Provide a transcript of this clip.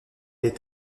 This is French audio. est